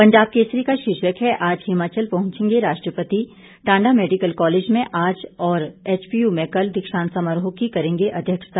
पंजाब केसरी का शीर्षक है आज हिमाचल पहुंचेंगे राष्ट्रपति टांडा मेडिकल कालेज में आज और एचपीयू में कल दीक्षांत समारोह की करेंगे अध्यक्षता